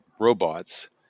robots